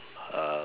uh